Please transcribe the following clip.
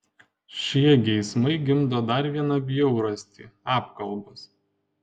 šie geismai gimdo dar vieną bjaurastį apkalbas